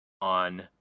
on